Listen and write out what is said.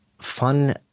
Fun